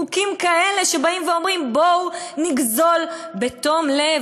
חוקים כאלה שאומרים: בואו נגזול בתום לב.